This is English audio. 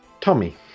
Tommy